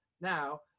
now